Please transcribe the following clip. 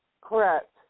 Correct